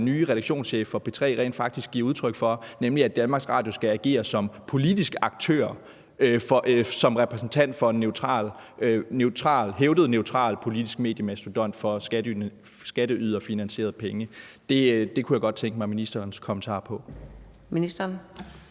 nye redaktionschef for P3 rent faktisk giver udtryk for, nemlig at DR skal agere som politisk aktør som repræsentant for en hævdet neutral politisk mediemastodont for skatteyderfinansierede penge. Det kunne jeg godt tænke mig ministerens kommentarer